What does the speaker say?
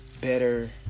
better